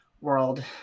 world